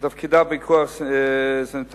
שתפקידה פיקוח סניטרי-אפידמיולוגי.